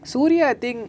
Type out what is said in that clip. suria I think